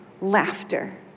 laughter